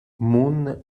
moon